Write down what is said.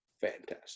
fantastic